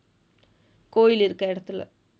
கோவில் இருக்கிற இடத்துல:koovil irukkira idaththula